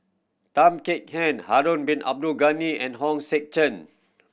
Tan Kek Hiang Harun Bin Abdul Ghani and Hong Sek Chern